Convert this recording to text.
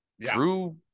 Drew